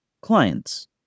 clients